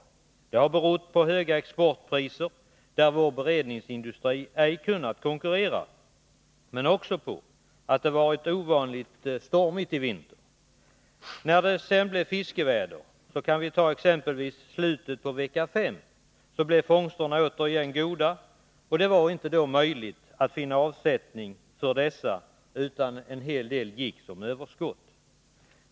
Detta har berott på höga exportpriser, där vår beredningsindustri inte kunnat konkurrera, men också på att det varit en ovanligt stormig vinter. När det så blev fiskeväder i slutet av vecka 5 blev fångsterna återigen goda, och det var då inte möjligt att finna avsättning för fångsterna utan en del gick till överskott.